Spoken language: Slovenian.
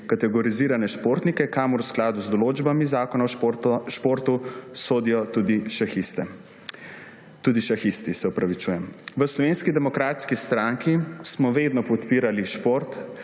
kategorizirane športnike, kamor v skladu z določbami Zakona o športu sodijo tudi šahisti. V Slovenski demokratski stranki smo vedno podpirali šport,